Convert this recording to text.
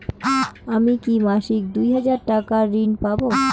আমি কি মাসিক দুই হাজার টাকার ঋণ পাব?